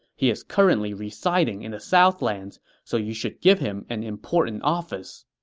he is currently residing in the southlands, so you should give him an important office.